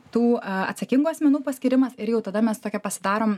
tų atsakingų asmenų paskyrimas ir jau tada mes tokią pasidarom